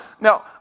now